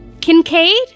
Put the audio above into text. Kincaid